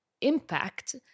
impact